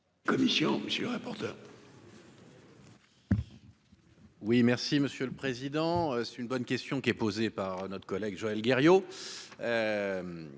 commission, monsieur le rapporteur.